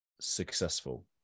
successful